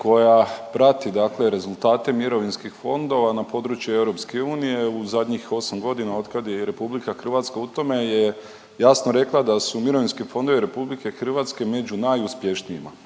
koja prati dakle rezultate mirovinskih fondova na području EU u zadnjih 8 godina od kad je i RH u tome je jasno rekla da su mirovinski fondovi RH među najuspješnijima.